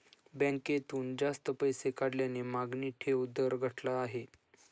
बँकेतून जास्त पैसे काढल्याने मागणी ठेव दर घटला आहे